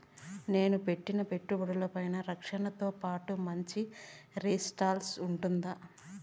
నేను పెట్టిన పెట్టుబడులపై రక్షణతో పాటు మంచి రిటర్న్స్ ఉంటుందా?